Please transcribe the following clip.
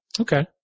Okay